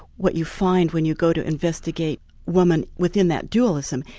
what you find when you go to investigate woman within that dualism,